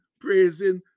praising